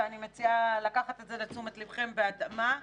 ואני מציעה לקחת את זה לתשומת לבכם בהתאמה.